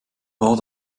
war